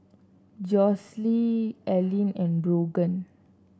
Josue Ellyn and Brogan